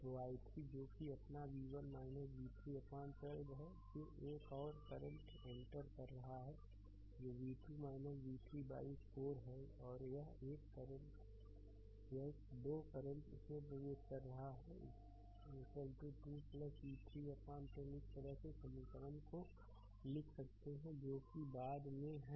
तो i3 जो कि अपना v1 v3 अपान 12 है फिर एक और करंट एंटर कर रहा है जोv2 v3 बाइ 4 पर यह एक 2 करंट इस में प्रवेश कर रहा है 2 v3 अपान 10 इस तरह से समीकरण को लिख सकते हैं जो कि बाद में हैं